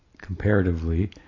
comparatively